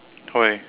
why